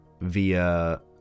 via